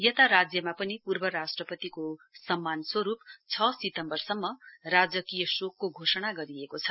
यता राज्यमा पनि पूर्व राष्ट्रपतिको सम्मान स्वरूप छ सितम्बरसम्म राजकीय शोकको घोषणा गरिएको छ